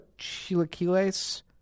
chilaquiles